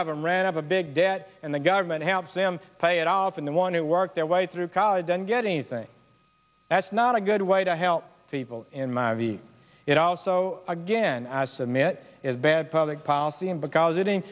of them ran up a big debt and the government helps them pay it off and they want to work their way through college and get anything that's not a good way to help people in my it also again as i'm it is bad public policy and because